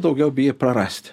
daugiau bijai prarast